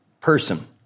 person